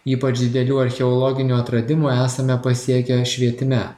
ypač didelių archeologinių atradimų esame pasiekę švietime